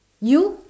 you